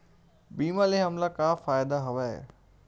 बीमा ले हमला का फ़ायदा हवय?